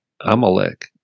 Amalek